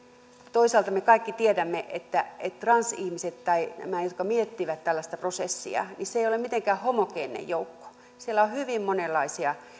toisaalta me kaikki tiedämme että transihmiset tai nämä jotka miettivät tällaista prosessia eivät ole mitenkään homogeeninen joukko siellä on hyvin monenlaisia